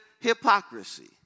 hypocrisy